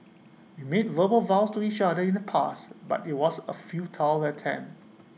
we made verbal vows to each other in the past but IT was A futile attempt